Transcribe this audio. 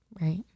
Right